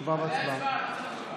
תשובה והצבעה.